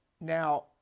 Now